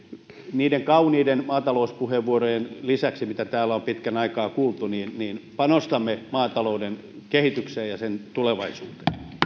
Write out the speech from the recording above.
niiden kauniiden maatalouspuheenvuorojen lisäksi joita täällä on pitkän aikaa kuultu panostamme maatalouden kehittämiseen ja sen tulevaisuuteen